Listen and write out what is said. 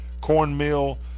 cornmeal